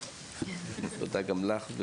תודה גם לך,